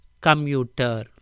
commuter